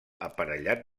aparellat